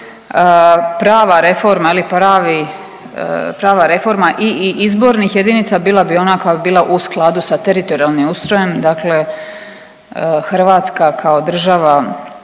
prava reforma i izbornih jedinica bila bi ona koja bi bila u skladu sa teritorijalnim ustrojem, dakle Hrvatska kao država,